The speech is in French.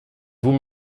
vous